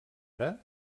ara